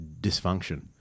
dysfunction